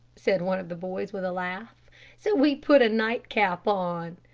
said one of the boys with a laugh so we put a nightcap on.